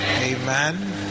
Amen